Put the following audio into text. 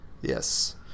Yes